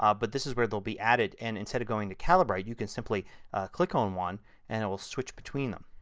ah but this is where they will be added so and instead of going to calibrate you can simply click on one and it will switch between them.